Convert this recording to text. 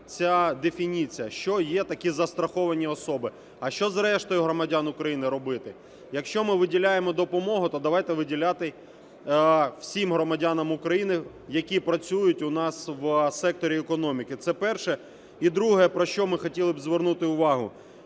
ця дефініція, що є таке "застраховані особи". А що з рештою громадян України робити? Якщо ми виділяємо допомогу, то давайте виділяти всім громадянам України, які працюють у нас в секторі економіки. Це перше. І друге, про що ми хотіли б звернути увагу,